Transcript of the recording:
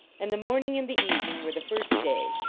and the morning and the evening were the first day,